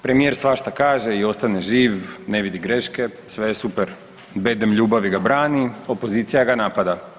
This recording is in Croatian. Premijer svašta kaže i ostane živ, ne vidi greške, sve je super, bedem ljubavi ga brani, opozicija ga napada.